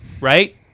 right